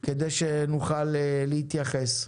כדי שנוכל להתייחס.